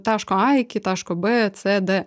taško a iki taško b c d